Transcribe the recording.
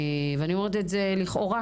ואני אומרת את זה לכאורה